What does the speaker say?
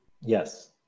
yes